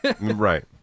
Right